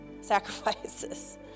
sacrifices